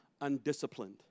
undisciplined